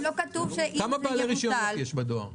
כמה בעלי רישיונות יש בדואר?